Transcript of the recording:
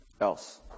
else